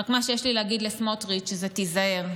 רק מה שיש לי להגיד לסמוטריץ' זה: תיזהר,